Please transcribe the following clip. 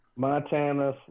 Montana